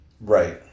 Right